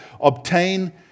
obtain